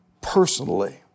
personally